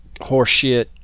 horseshit